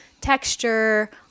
texture